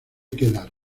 quedar